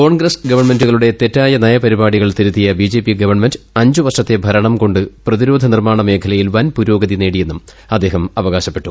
കോൺഗ്രസ് ഗവൺമെന്റുകളെ തെറ്റായ നയപരിപാടികൾ തിരുത്തിയ ബി ജെ പി ഗവൺമെന്റ് അഞ്ച് വർഷത്തെ ഭരണം കൊ ് പ്രതിരോധ നിർമ്മാണ മേഖലയിൽ വൻ പുരോഗതി നേടിയെന്നും അദ്ദേഹം അവകാശപ്പെട്ടു